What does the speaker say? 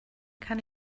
kann